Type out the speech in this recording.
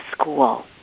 school